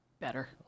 better